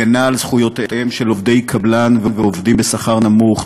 הגנה על זכויותיהם של עובדי קבלן ועובדים בשכר נמוך,